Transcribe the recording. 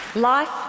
Life